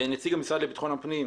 נציג המשרד לבטחון הפנים,